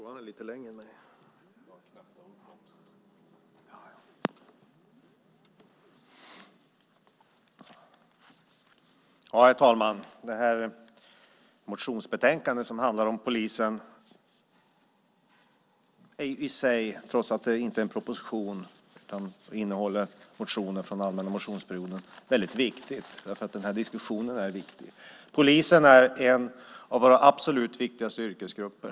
Herr talman! Det här motionsbetänkandet som handlar om polisen är i sig, trots att det inte utgår ifrån en proposition utan behandlar motioner från allmänna motionsperioden, väldigt viktigt, därför att den här diskussionen är viktig. Poliserna är en av våra absolut viktigaste yrkesgrupper.